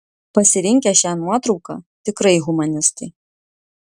pasirinkę šią nuotrauką tikrai humanistai